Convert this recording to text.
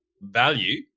value